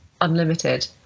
unlimited